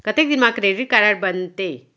कतेक दिन मा क्रेडिट कारड बनते?